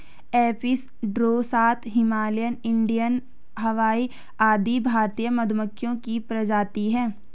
Apis dorsata, Himalayan, Indian hive आदि भारतीय मधुमक्खियों की प्रजातियां है